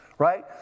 Right